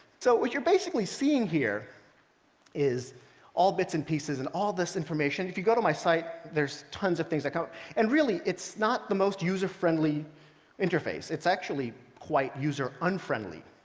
so what you're basically seeing here is all bits and pieces and all this information. if you go to my site, site, there's tons of things. like ah and really, it's not the most user-friendly interface. it's actually quite user-unfriendly.